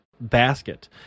Basket